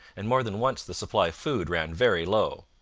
and more than once the supply of food ran very low.